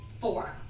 Four